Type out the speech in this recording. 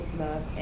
love